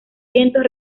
vientos